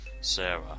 Sarah